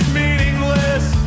meaningless